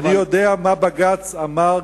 אני יודע מה בג"ץ אמר,